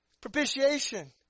propitiation